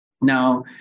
Now